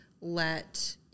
let –